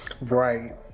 right